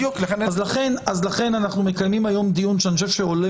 לכן אנחנו מקיימים היום דיון שאני חושב שעולה